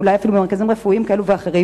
אולי אפילו במרכזים רפואיים כאלה ואחרים,